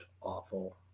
awful